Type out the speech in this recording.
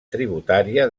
tributària